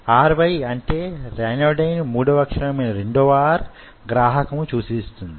RY అంటే ryanodine మూడవ అక్షరమైన రెండవ R గ్రాహకములను సూచిస్తుంది